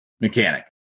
mechanic